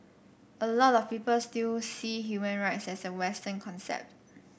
a lot of people still see human rights as a Western concept